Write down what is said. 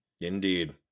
Indeed